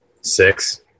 Six